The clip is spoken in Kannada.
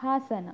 ಹಾಸನ